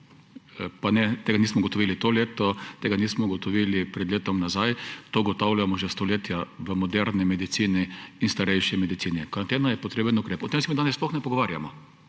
Pa tega nismo ugotovili tega leta, tega nismo ugotovili pred letom nazaj. To ugotavljamo že stoletja; v moderni medicini in starejši medicini. Karantena je pomemben ukrep. O tem se danes sploh ne pogovarjamo.